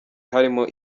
harimo